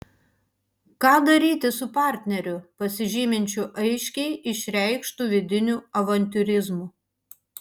ką daryti su partneriu pasižyminčiu aiškiai išreikštu vidiniu avantiūrizmu